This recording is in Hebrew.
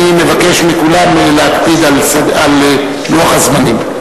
אני מבקש מכולם להקפיד על לוח הזמנים.